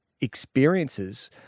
experiences